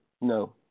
No